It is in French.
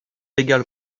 légale